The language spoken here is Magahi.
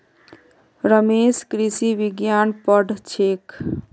रमेश कृषि विज्ञान पढ़ छेक